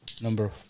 Number